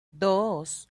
dos